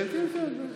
כן, כן, כן.